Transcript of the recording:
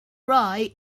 right